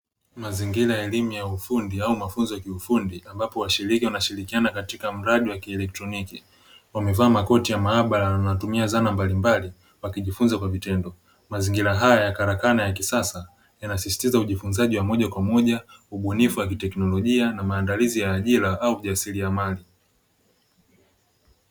Mazingira ya elimu ya ufundi au mafunzo ya ufundi ambapo washiriki wanashirikiana katika mradi wa kielektroniki, wamevaa makoti ya maabara na wanatumia zana mbalimbali wakijifunza kwa vitendo. Mazingira haya ya karakana ya kisasa yanasisitiza ujifunzaji wa moja kwa moja, ubunifu wa kiteknolojia na maandalizi ya ajira au ujasiriamali.